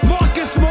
Marcus